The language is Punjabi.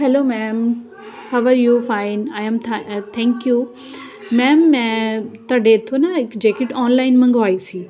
hello ma'am how you fine I am thank thank you ma'am ਮੈਂ ਤੁਹਾਡੇ ਇੱਥੋਂ ਨਾ ਇੱਕ ਜੈਕਟ ਆਨਲਾਈਨ ਮੰਗਵਾਈ ਸੀ